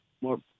more